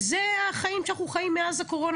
אלה החיים שאנחנו חיים מאז הקורונה.